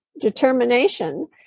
determination